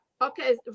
okay